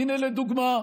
הינה, לדוגמה,